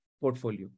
portfolio